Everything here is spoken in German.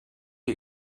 die